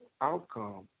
outcome